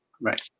right